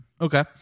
okay